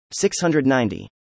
690